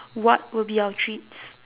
what will be our treats